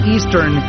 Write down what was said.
Eastern